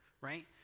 right